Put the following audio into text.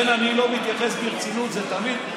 זה תמיד,